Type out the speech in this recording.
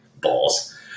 balls